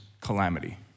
calamity